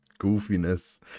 goofiness